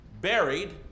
buried